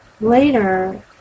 later